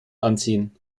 anziehen